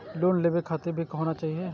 Loan लेबे में खाता भी होना चाहि?